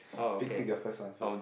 pick pick a first one first